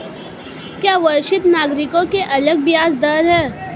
क्या वरिष्ठ नागरिकों के लिए अलग ब्याज दर है?